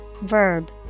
verb